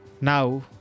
Now